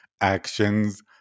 actions